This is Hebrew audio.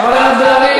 חברת הכנסת בן ארי,